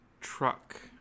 truck